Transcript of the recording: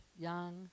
young